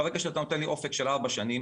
ברגע שאתה נותן לי אופק של ארבע שנים,